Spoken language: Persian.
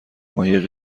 ماهی